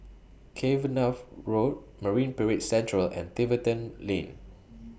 Cavenagh Road Marine Parade Central and Tiverton Lane